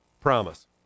promise